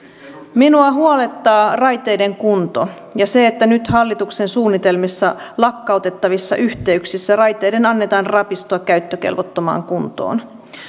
minua huolettaa raiteiden kunto ja se että nyt hallituksen suunnitelmissa lakkautettavissa yhteyksissä raiteiden annetaan rapistua käyttökelvottomaan kuntoon